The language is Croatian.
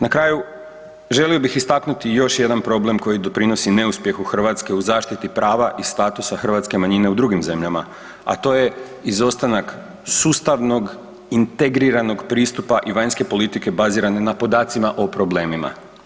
Na kraju želio bih istaknuti još jedan problem koji doprinosi neuspjehu Hrvatske u zaštiti prava i statusa hrvatske manjine u drugom zemljama a to je izostanak sustavnog, integriranog pristupa i vanjske politike bazirane na podacima o problemima.